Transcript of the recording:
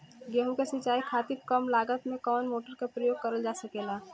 गेहूँ के सिचाई खातीर कम लागत मे कवन मोटर के प्रयोग करल जा सकेला?